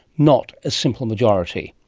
not a simple majority.